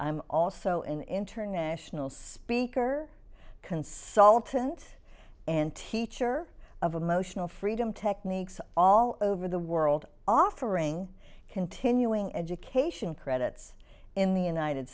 i'm also an international speaker consultant and teacher of emotional freedom techniques all over the world offering continuing education credits in the united